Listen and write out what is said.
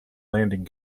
landing